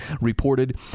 reported